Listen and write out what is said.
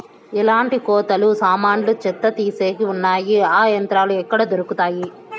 ఎట్లాంటి కోతలు సామాన్లు చెత్త తీసేకి వున్నాయి? ఆ యంత్రాలు ఎక్కడ దొరుకుతాయి?